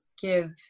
give